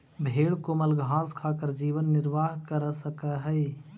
भेंड कोमल घास खाकर जीवन निर्वाह कर सकअ हई